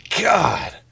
God